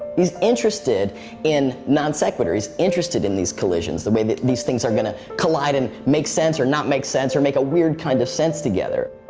he's interested in non sequiturs, interested in these collisions the way that these things are gonna collide and make sense or not make sense or make a weird kind of sense together.